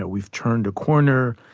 ah we've turned a corner,